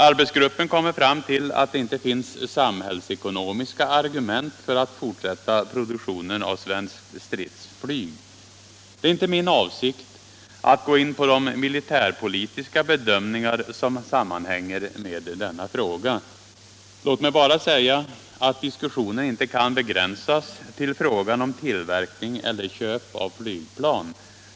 Arbetsgruppen kommer fram till att det inte finns sam = Nr 29 hällsekonomiska argument för att fortsätta produktionen av svenskt Torsdagen den stridsflyg. Det är inte min avsikt att gå in på de militärpolitiska be 18 november 1976 dömningar som sammanhänger med denna fråga. Låt mig bara säga att. LL diskussionen inte kan begränsas till frågan om tillverkning eller köp av Om produktionsinflygplan.